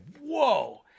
whoa